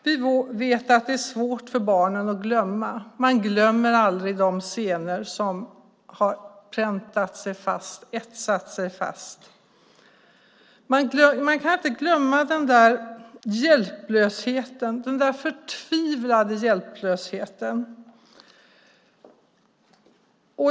Vi vet att det är svårt för barnen att glömma. Man glömmer aldrig de scener som har etsat sig fast. Man kan inte glömma den där hjälplösheten, den förtvivlade hjälplösheten.